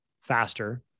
faster